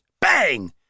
Bang